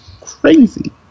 crazy